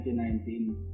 2019